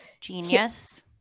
Genius